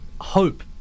hope